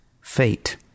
fate